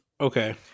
Okay